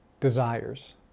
desires